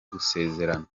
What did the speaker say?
gusezerana